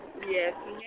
Yes